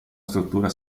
struttura